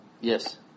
Yes